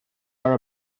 are